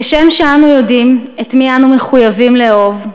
כשם שאנו יודעים את מי אנו מחויבים לאהוב,